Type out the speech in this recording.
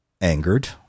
angered